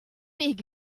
big